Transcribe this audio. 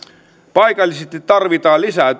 paikallisesti tarvitaan lisää